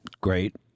great